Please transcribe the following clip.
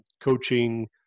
coaching